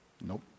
Nope